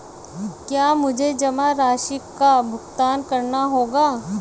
क्या मुझे जमा राशि का भुगतान करना होगा?